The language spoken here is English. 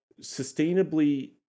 sustainably